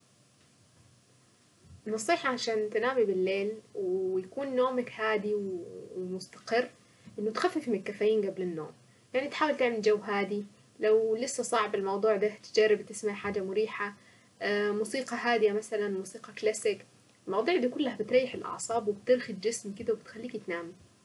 نصيحة عشان تنامي بالليل ويكون نومك هادي ومستقر. انه تخفف من الكافيين قبل النوم. يعني تحاول تعمل جو هادي. لو لسه صعب الموضوع دا جربي تسمعي حاجة مريحة موسيقى هادية مثلا موسيقى كلاسيك. المواضيع دي كلها بتريح الاعصاب و بترخي الجسم كدا خليكي تنامي.